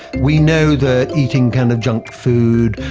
we know that eating kind of junk food,